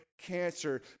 cancer